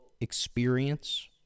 experience